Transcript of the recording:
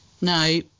No